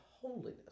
holiness